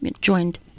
joined